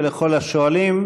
ולכל השואלים.